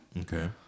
Okay